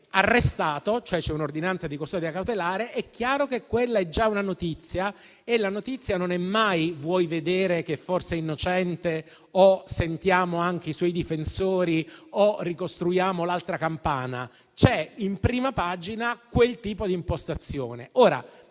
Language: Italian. arrestato, cioè c'è un'ordinanza di custodia cautelare, è chiaro che quella è già una notizia e la notizia non è mai vuoi vedere che forse è innocente, sentiamo anche i suoi difensori o ricostruiamo l'altra campana. C'è in prima pagina quel tipo di impostazione.